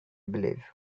believe